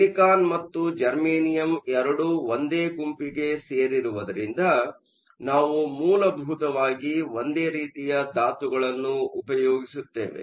silicon ಮತ್ತು germanium ಎರಡೂ ಒಂದೇ ಗುಂಪಿಗೆ ಸೇರಿರುವುದರಿಂದ ನಾವು ಮೂಲಭೂತವಾಗಿ ಒಂದೇ ರೀತಿಯ ಧಾತುಗಳನ್ನು ಉಪಯೋಗಿಸುತ್ತೇವೆ